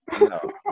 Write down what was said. No